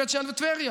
בית שאן וטבריה.